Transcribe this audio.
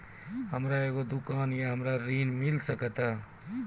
हमर एगो दुकान या हमरा ऋण मिल सकत?